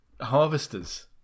harvesters